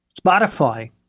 Spotify